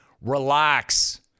Relax